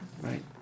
right